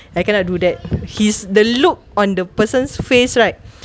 I cannot do that his the look on the person's face right